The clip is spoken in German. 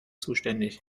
zuständig